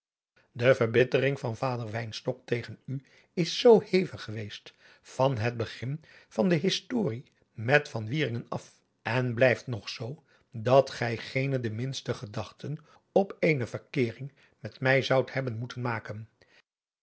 de verbittering van vader wynstok tegen u is zoo hevig geweest van het begin van de historie met van wieringen af en blijft nog zoo dat gij geene de minste gedachten op eene verkeering met mij zoudt hebben moeten maken